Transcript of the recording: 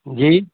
जी